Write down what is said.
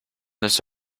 this